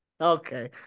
Okay